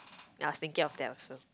I was thinking of that also